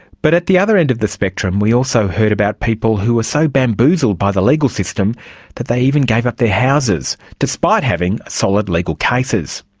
but at the other end of the spectrum we also heard about people who were so bamboozled by the legal system that they even gave up their houses, despite having solid legal cases.